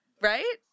right